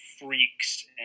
freaks